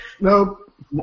nope